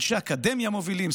אנשי אקדמיה מובילים,